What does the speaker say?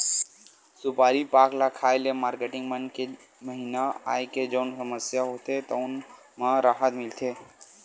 सुपारी पाक ल खाए ले मारकेटिंग मन के महिना आए के जउन समस्या होथे तउन म राहत मिलथे